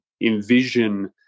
envision